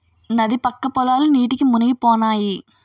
నది పక్క పొలాలు నీటికి మునిగిపోనాయి